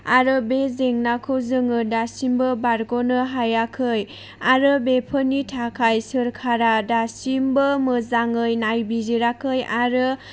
आरो बे जेंनाखौ जों दासिमबो बारग'नो हायाखै आरो बेफोरनि थाखाय सोरखारा दासिमबो मोजाङै नायबिजिराखै आरो